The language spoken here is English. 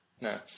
No